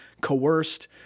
coerced